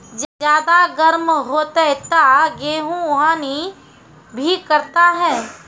ज्यादा गर्म होते ता गेहूँ हनी भी करता है?